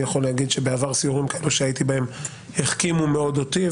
אני יכול להגיד שבעבר סיורים כאלו שהייתי בהם החכימו מאוד אותי.